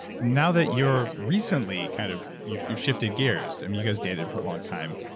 and now that you're recently kind of. you've you've shifted gears. i mean you guys dated for a long time,